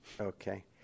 Okay